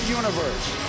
universe